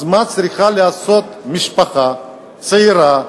אז מה צריכה לעשות משפחה צעירה,